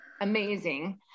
amazing